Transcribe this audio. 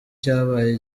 cyabaye